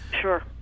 sure